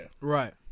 right